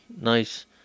Nice